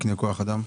תקני כוח האדם?